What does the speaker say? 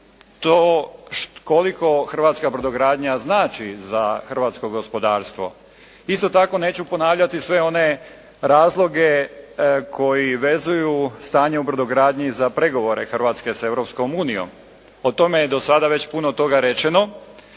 to koliko hrvatska brodogradnja znači za hrvatsko gospodarstvo. Isto tako neću ponavljati sve one razloge koji vezuju stanje u brodogradnji za pregovore Hrvatske sa Europskom unijom. O tome je do sada već puno toga rečeno.